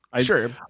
Sure